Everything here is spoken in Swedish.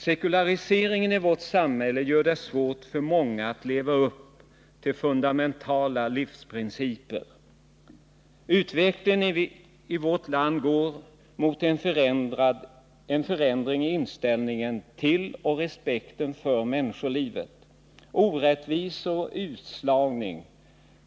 Sekulariseringen i vårt samhälle gör det svårt för många att leva upp till fundamentala livsprinciper. Utvecklingen i vårt land går mot en förändring i inställningen till och respekten för människolivet. Orättvisor och utslagning